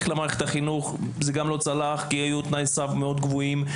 למערכת החינוך זה גם לא צלח כי היו תנאי סף מאוד גבוהים.